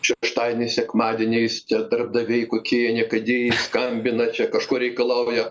šeštadieniais sekmadieniais tie darbdaviai kokie jie niekadėjai skambina čia kažko reikalauja